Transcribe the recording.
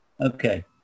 Okay